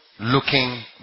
Looking